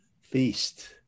feast